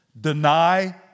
deny